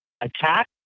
attack